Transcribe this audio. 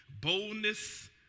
boldness